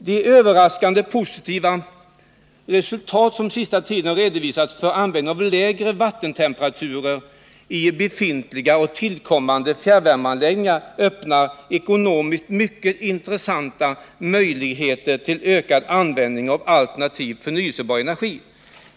De överraskande positiva utredningsresultat som den senaste tiden redovisats för användande av lägre vattentemperaturer i befintliga och tillkommande fjärrvärmeanläggningar öppnar ekonomiskt mycket intressanta möjligheter till ökad användning av alternativ, förnyelsebar energi.